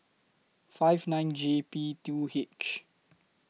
five nine J P two H